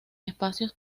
espacios